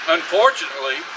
Unfortunately